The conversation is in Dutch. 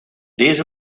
deze